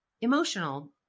emotional